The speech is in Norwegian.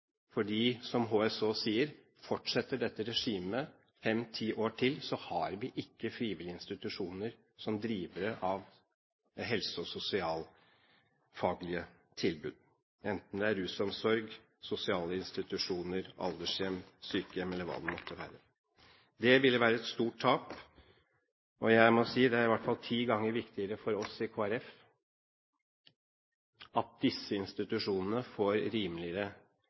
som HSH sier, fortsetter dette regimet fem–ti år til, har vi ikke frivillige institusjoner som drivere av helse- og sosialfaglige tilbud, enten det er rusomsorg, sosiale institusjoner, aldershjem, sykehjem – eller hva det måtte være. Det ville være et stort tap. Det er i hvert fall ti ganger viktigere for oss i Kristelig Folkeparti at disse institusjonene får rimeligere